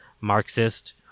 Marxist